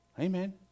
Amen